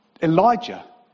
Elijah